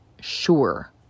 sure